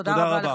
תודה רבה.